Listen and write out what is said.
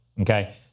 Okay